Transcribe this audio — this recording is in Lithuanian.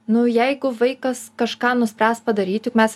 nu jeigu vaikas kažką nuspręs padaryt juk mes